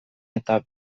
eta